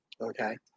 Okay